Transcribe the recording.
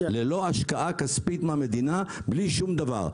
זה לא דורש השקעה כספית מהמדינה, בלי שום דבר.